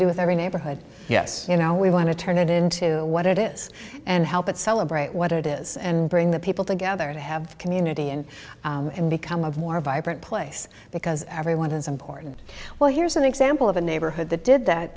do with every neighborhood yes you know we want to turn it into what it is and help it celebrate what it is and bring the people together to have a community and become a more vibrant place because everyone is important well here's an example of a neighborhood that did that